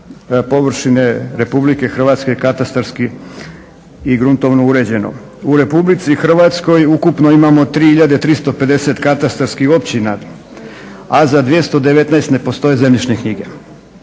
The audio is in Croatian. površine RH je katastarski i gruntovno uređeno. U RH ukupno imamo 3 tisuće 350 katastarskih općina, a za 219 ne postoje zemljišne knjige.